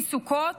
צבי סוכות,